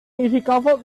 recovered